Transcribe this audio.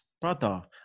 Brother